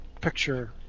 picture